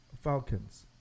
Falcons